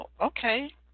okay